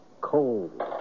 Cold